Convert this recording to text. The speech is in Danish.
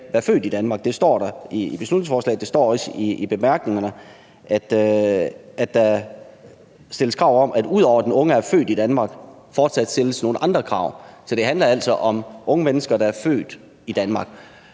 skal være født i Danmark. Det står i beslutningsforslaget, og det står også i bemærkningerne, at der ud over kravet om, at den unge er født i Danmark, fortsat stilles nogle andre krav. Så det handler altså om unge mennesker, der er født i Danmark.